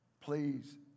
Please